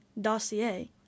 Dossier